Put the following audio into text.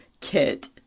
Kit